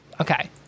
okay